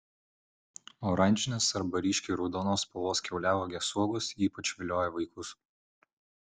oranžinės arba ryškiai raudonos spalvos kiauliauogės uogos ypač vilioja vaikus